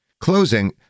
Closing